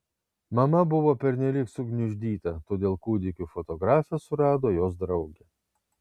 mama buvo pernelyg sugniuždyta todėl kūdikių fotografę surado jos draugė